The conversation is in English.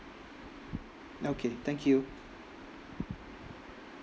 okay thank you